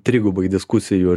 trigubai diskusijų